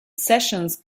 sessions